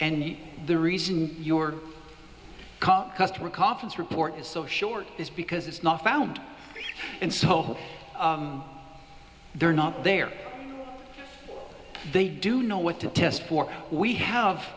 and the reason your customer conference report is so short this because it's not found in soho they're not there they do know what to test for we have